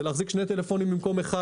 זה להחזיק שני טלפונים במקום אחד.